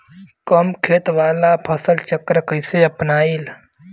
कम खेत वाला फसल चक्र कइसे अपनाइल?